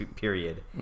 period